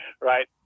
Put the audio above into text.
Right